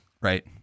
right